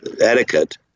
etiquette